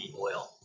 oil